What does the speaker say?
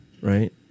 right